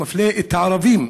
מפלה את הערבים.